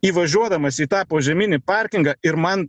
įvažiuodamas į tą požeminį parkingą ir man